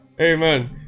Amen